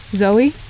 Zoe